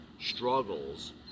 struggles